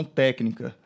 técnica